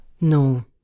No